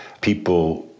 people